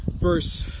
verse